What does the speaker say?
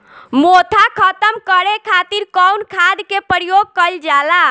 मोथा खत्म करे खातीर कउन खाद के प्रयोग कइल जाला?